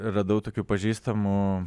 radau tokių pažįstamų